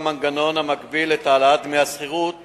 מנגנון המגביל את העלאת דמי השכירות